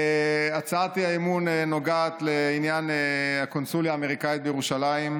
הצעת האי-אמון נוגעת לעניין הקונסוליה האמריקנית בירושלים,